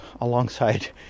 alongside